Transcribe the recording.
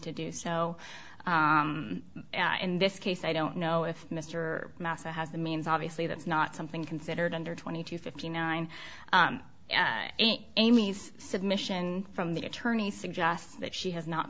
to do so in this case i don't know if mr massa has the means obviously that's not something considered under twenty two fifty nine amy's submission from the attorney suggests that she has not